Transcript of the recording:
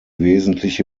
wesentliche